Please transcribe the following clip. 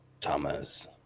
Thomas